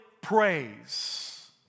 praise